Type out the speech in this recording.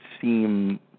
seem